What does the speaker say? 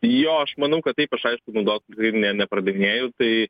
jo aš manau kad taip aš aišku naudotų ne nepardavinėju tai